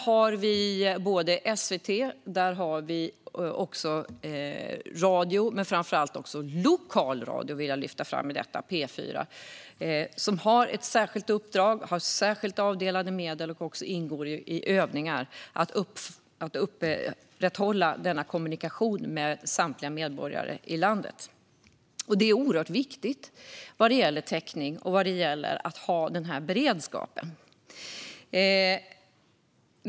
Här vill jag lyfta fram SVT och radio och då framför allt lokalradio, P4. De har ett särskilt uppdrag och särskilt avdelade medel och ingår i övningar för att upprätthålla kommunikationen med samtliga medborgare i landet. Det är oerhört viktigt att man har denna täckning och beredskap.